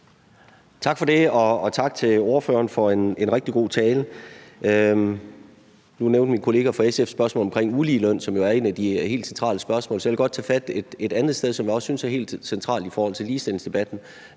Tak for det. Og tak til ordføreren for en rigtig god tale. Nu nævnte min kollega fra SF spørgsmålet om uligeløn, som jo er et af de helt centrale spørgsmål. Så jeg vil godt tage fat et andet sted, som jeg også synes er helt centralt i forhold til ligestillingsdebatten,